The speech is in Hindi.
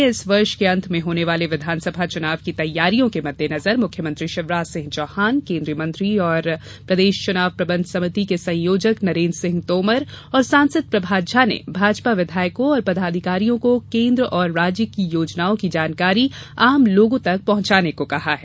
प्रदेश में इस वर्ष के अंत में होने वाले विधानसभा चुनाव की तैयारियों के मद्देनजर मुख्यमंत्री शिवराज सिंह चौहान केंद्रीय मंत्री और प्रदेश चुनाव प्रबंध सभिति के संयोजक नरेन्द्र सिंह तोमर और सांसद प्रभात झा ने भाजपा विधायकों और पदाधिकारियों को केंद्र और राज्य की योजनाओं की जानकारी आम लोगों तक पहुंचाने को कहा है